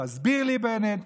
תסביר לי, בנט.